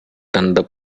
தந்த